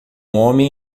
homem